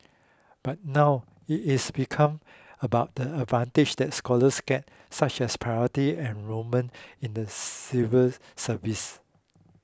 but now it is become about the advantages that scholars get such as priority enrolment in the civil service